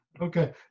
Okay